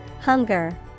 Hunger